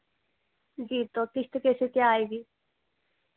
जी तो किश्त कैसे क्या आएगी